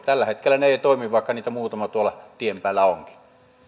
tällä hetkellä ne eivät toimi vaikka niitä muutama tuolla tien päällä onkin